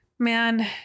Man